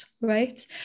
right